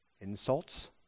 insults